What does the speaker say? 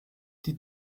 die